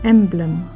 Emblem